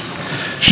שאם רק יעז,